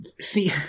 see